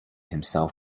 himself